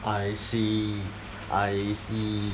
I see I see